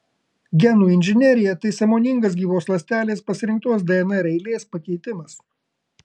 genų inžinerija tai sąmoningas gyvos ląstelės pasirinktos dnr eilės pakeitimas